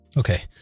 Okay